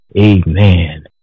Amen